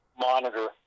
monitor